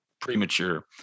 premature